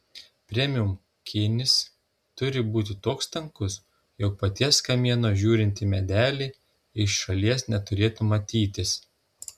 premium kėnis turi būti toks tankus jog paties kamieno žiūrint į medelį iš šalies neturėtų matytis